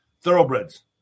Thoroughbreds